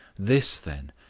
this, then,